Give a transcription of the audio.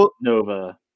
Nova